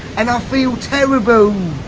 and i feel terrible'